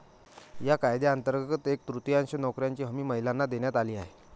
या कायद्यांतर्गत एक तृतीयांश नोकऱ्यांची हमी महिलांना देण्यात आली आहे